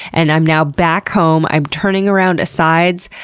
and i'm now back home i'm turning around asides,